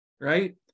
right